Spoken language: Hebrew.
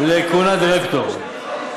לכהונת דירקטור.